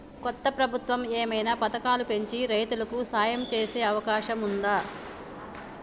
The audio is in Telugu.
కొత్త ప్రభుత్వం ఏమైనా పథకాలు పెంచి రైతులకు సాయం చేసే అవకాశం ఉందా?